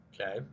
Okay